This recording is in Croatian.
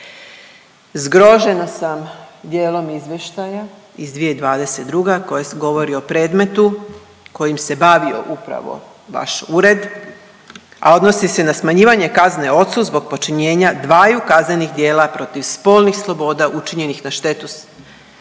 Zgrožena sam dijelom izvještaja iz 2022. koja govori o predmetu kojim se bavio upravo vaš ured, a odnosi se na smanjivanje kazne ocu zbog počinjenja dvaju kaznenih djela protiv spolnih sloboda učinjenih na štetu kćeri,